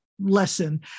lesson